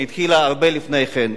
היא התחילה הרבה לפני כן.